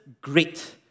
great